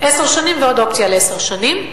עשר שנים ועוד אופציה לעשר שנים,